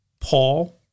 Paul